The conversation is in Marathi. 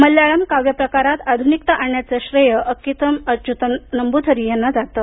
मल्याळम काव्यप्रकारात आध्निकता आणण्याचं श्रेय अककीथम अच्युतम नंबथीरी यांना जातं